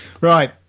right